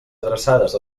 adreçades